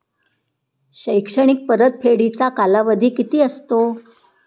शैक्षणिक परतफेडीचा कालावधी किती असतो?